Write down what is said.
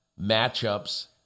matchups